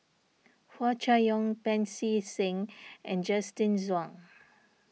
Hua Chai Yong Pancy Seng and Justin Zhuang